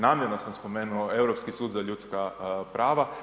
Namjerno sam spomenuo Europski sud za ljudska prava.